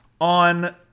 on